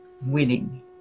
winning